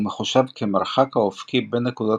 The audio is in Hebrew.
והוא מחושב כמרחק האופקי בין נקודות